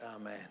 amen